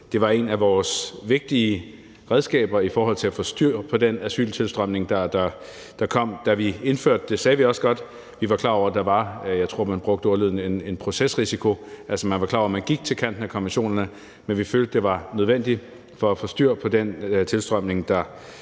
Det var et af vores vigtige redskaber i forhold til at få styr på den asyltilstrømning, der var, da vi indførte det. Der sagde vi også, at vi godt var klar over, at der var en procesrisiko, tror jeg ordlyden var, altså at man var klar over, at man gik til kanten af konventionerne. Men vi følte, det var nødvendigt for at få styr på den tilstrømning, der